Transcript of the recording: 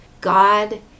God